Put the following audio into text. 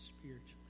spiritually